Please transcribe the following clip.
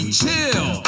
chill